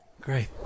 Great